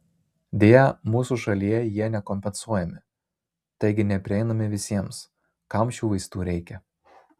deja mūsų šalyje jie nekompensuojami taigi neprieinami visiems kam šių vaistų reikia